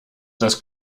das